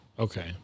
Okay